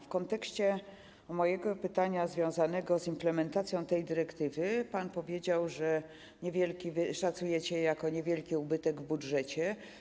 W kontekście mojego pytania związanego z implementacją tej dyrektywy pan powiedział, że szacujecie to jako niewielki ubytek w budżecie.